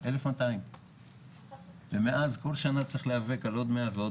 1,200. מאז כל שנה צריך להיאבק על עוד 100 ועוד